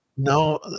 No